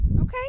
Okay